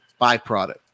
byproduct